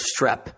strep